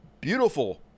beautiful